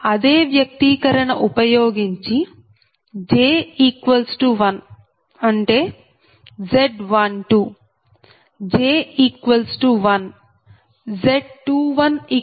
అదే వ్యక్తీకరణ ఉపయోగించి j1 అంటే Z12 j1 Z210